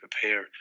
prepare